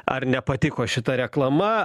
ar nepatiko šita reklama